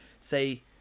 say